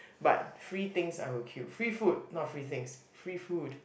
but free things I will queue free food not free things free food